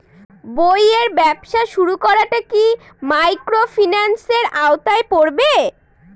বইয়ের ব্যবসা শুরু করাটা কি মাইক্রোফিন্যান্সের আওতায় পড়বে?